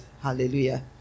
Hallelujah